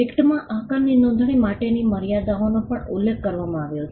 એક્ટમાં આકારની નોંધણી માટેની મર્યાદાઓનો પણ ઉલ્લેખ કરવામાં આવ્યો છે